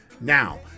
Now